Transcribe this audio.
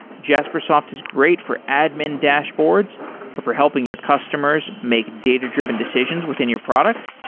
jaspersoft is great for admin dashboards or for helping your customers make data-dr iven decisions within your product,